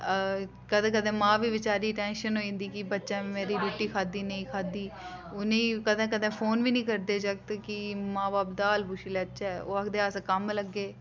कदें कदें मां बी बेचारी टैंशन होई जंदी कि बच्चा मेरे रुट्टी खाद्धी नेईं खाद्धी उ'नेंगी कदें कदें फोन बी नी करदे जागत कि मां बब्ब दा हाल पुच्छी लैचै ओह् आखदे अस कम्म लग्गे दे